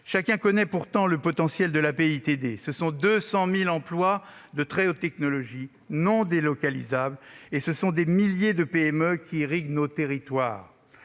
Chacun connaît pourtant le potentiel de la BITD : ce sont 200 000 emplois de haute technologie, non délocalisables, des milliers de PME irriguant nos territoires.